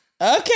Okay